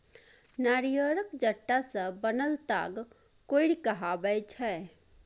नारियरक जट्टा सँ बनल ताग कोइर कहाबै छै